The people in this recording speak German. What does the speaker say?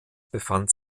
befand